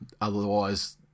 Otherwise